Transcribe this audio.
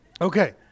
Okay